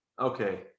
okay